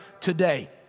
today